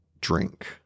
drink